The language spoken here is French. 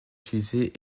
utilisée